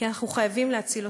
כי אנחנו חייבים להציל אותו.